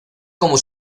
como